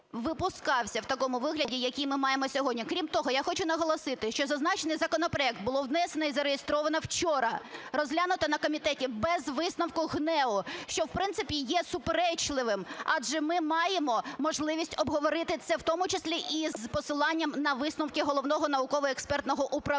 випускався в такому вигляді, який ми маємо сьогодні. Крім того, я хочу наголосити, що зазначений законопроект було внесено і зареєстровано вчора, розглянуто на комітеті без висновку ГНЕУ, що, в принципі, є суперечливим, адже ми маємо можливість обговорити це в тому числі і з посиланням на висновки Головного науково-експертного управління.